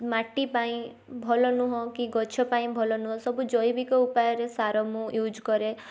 ମାଟି ପାଇଁ ଭଲ ନୁହଁ କି ଗଛ ପାଇଁ ଭଲ ନୁହଁ ସବୁ ଜୈବିକ ଉପାୟରେ ସାର ମୁଁ ୟୁଜ୍ କରେ